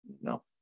no